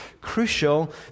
crucial